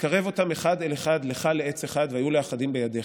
וקרב אותם אחד אל אחד לך לעץ אחד והיו לאחדים בידיך,